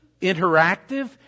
interactive